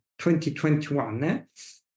2021